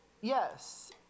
Yes